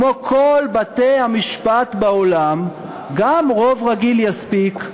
כמו בכל בתי-המשפט בעולם גם רוב רגיל יספיק,